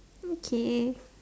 bouquet